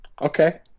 okay